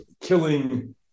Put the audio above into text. killing